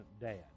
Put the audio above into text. dad